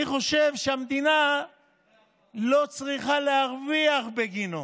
אני חושב שהמדינה לא צריכה להרוויח בגינו,